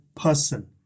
person